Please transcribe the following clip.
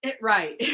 Right